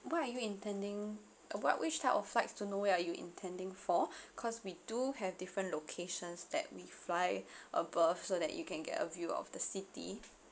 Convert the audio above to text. what are you intending uh what which type of flights to nowhere are you intending for cause we do have different locations that we fly above so that you can get a view of the city